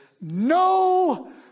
No